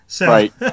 Right